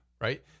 right